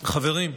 חברים,